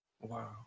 Wow